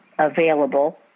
available